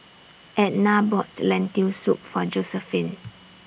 Ednah bought Lentil Soup For Josephine